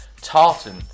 tartan